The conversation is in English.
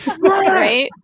right